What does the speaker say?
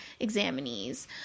examinees